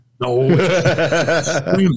No